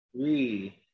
three